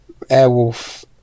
Airwolf